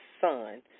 son